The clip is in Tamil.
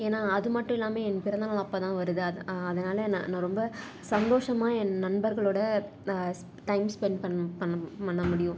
ஏன்னா அது மட்டும் இல்லாம என் பிறந்தநாள் அப்போதான் வருது அதனால் நான் நான் ரொம்ப சந்தோஷமாக என் நண்பர்களோட நான் டைம் ஸ்பெண்ட் பண் பண்ண பண்ண முடியும்